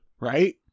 right